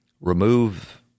remove